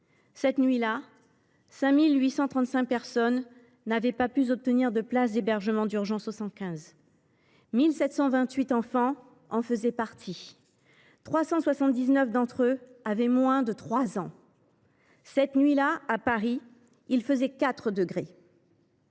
Cette nuit là, 5 835 personnes n’avaient pas pu obtenir de place d’hébergement d’urgence par le 115 ; 1 728 enfants en faisaient partie, et 379 d’entre eux avaient moins de 3 ans. Cette nuit là, à Paris, il faisait 4 degrés.